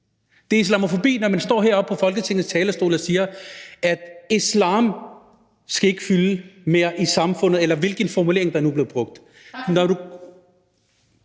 Det er islamofobi, når man står heroppe på Folketingets talerstol og siger, at islam ikke skal fylde mere i samfundet – eller hvilken formulering der nu bliver brugt.